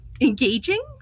engaging